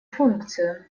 функцию